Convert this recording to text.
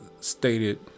stated